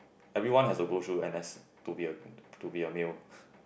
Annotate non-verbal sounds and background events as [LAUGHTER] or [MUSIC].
everyone has to go through n_s to be a to be a male [BREATH]